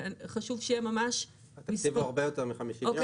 חשוב שיהיה ממש --- התקציב הוא הרבה יותר מ-50 מיליון.